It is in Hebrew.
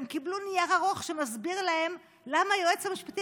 הם קיבלו נייר ארוך שמסביר להם למה היועץ המשפטי